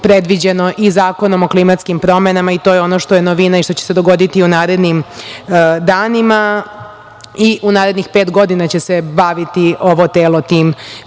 predviđeno i Zakonom o klimatskim promenama i to je ono što je novina i što će se dogoditi u narednim danima i u narednih pet godina će se baviti ovo telo tim